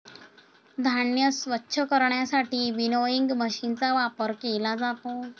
धान्य स्वच्छ करण्यासाठी विनोइंग मशीनचा वापर केला जातो